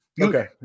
Okay